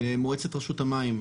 במועצת רשות המים,